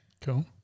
Cool